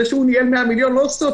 זה שהוא ניהל 100 מיליון לא עושה אותו